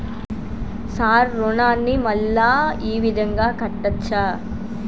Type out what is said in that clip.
Sir రుణాన్ని మళ్ళా ఈ విధంగా కట్టచ్చా?